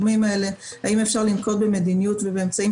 בסופו של דבר ולמען הזהירות, ובטח בתקופה